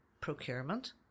procurement